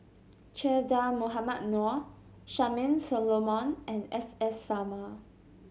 Che Dah Mohamed Noor Charmaine Solomon and S S Sarma